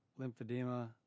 lymphedema